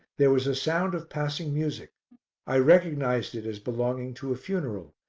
there was a sound of passing music i recognized it as belonging to a funeral,